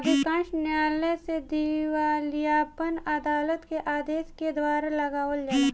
अधिकांश न्यायालय में दिवालियापन अदालत के आदेश के द्वारा लगावल जाला